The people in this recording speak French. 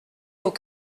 aux